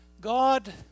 God